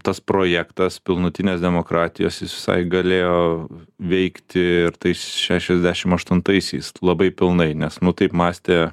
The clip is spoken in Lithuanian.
tas projektas pilnutinės demokratijos jis visai galėjo veikti ir tais šešiasdešimt aštuntaisiais labai pilnai nes nu taip mąstė